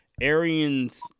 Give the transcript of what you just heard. Arian's